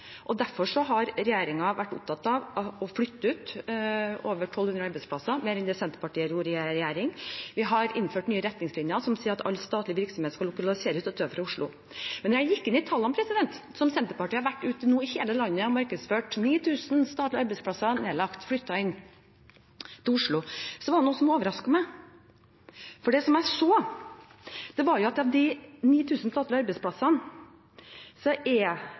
har regjeringen vært opptatt av å flytte ut over 1 200 arbeidsplasser, mer enn det Senterpartiet gjorde i regjering. Vi har innført nye retningslinjer som sier at all statlig virksomhet skal lokaliseres utenfor Oslo. Men da jeg gikk inn i tallene, som Senterpartiet nå har vært ute og markedsført i hele landet – 9 000 statlige arbeidsplasser nedlagt eller flyttet til Oslo – var det noe som overrasket meg. For det jeg så, var at av de 9 000 statlige arbeidsplassene, er